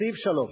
סעיף 3,